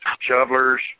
shovelers